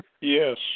Yes